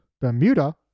Bermuda